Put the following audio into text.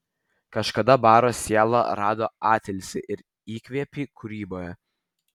kažkada baro siela rado atilsį ir įkvėpį kūryboje